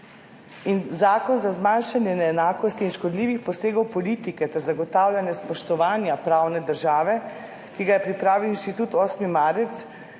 Zakon za zmanjšanje neenakosti in škodljivih posegov politike ter zagotavljanje spoštovanja pravne države, ki ga je pripravil Inštitut 8. marec,